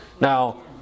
Now